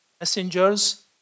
messengers